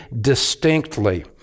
distinctly